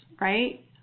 right